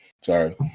Sorry